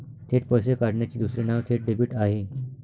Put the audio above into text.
थेट पैसे काढण्याचे दुसरे नाव थेट डेबिट आहे